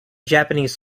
japanese